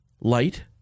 light